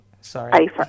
sorry